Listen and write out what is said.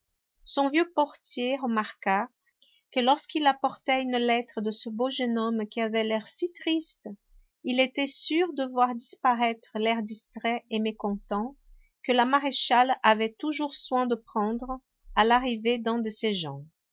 son vieux portier remarqua que lorsqu'il apportait une lettre de ce beau jeune homme qui avait l'air si triste il était sûr de voir disparaître l'air distrait et mécontent que la maréchale avait toujours soin de prendre à l'arrivée d'un de ses gens